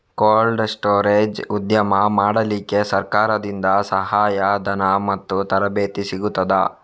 Cold storage ಉದ್ಯಮ ಮಾಡಲಿಕ್ಕೆ ಸರಕಾರದಿಂದ ಸಹಾಯ ಧನ ಮತ್ತು ತರಬೇತಿ ಸಿಗುತ್ತದಾ?